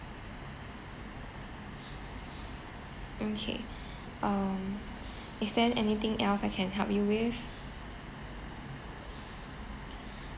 okay um is there anything else I can help you with